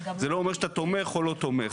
זה לא אומר שאתה תומך או לא תומך.